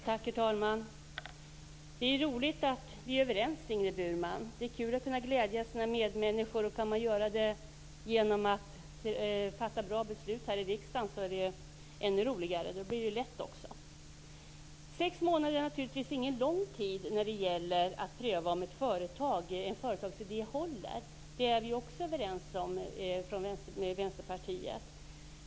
Tack herr talman! Det är ju roligt att vi är överens, Ingrid Burman. Där är kul att kunna glädja sina medmänniskor. Kan man göra det genom att fatta bra beslut här i riksdagen är det ju ändå roligare. Då blir det ju lätt också. Sex månader är naturligtvis ingen lång tid när det gäller att pröva om en företagsidé håller. Det är vi också överens med Vänsterpartiet om.